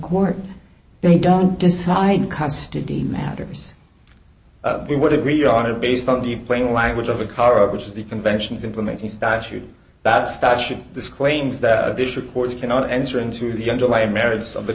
court they don't decide custody matters we would agree on it based on the plain language of a car which is the conventions implement the statute that statute this claims that a bishop ports cannot enter into the underlying merits of the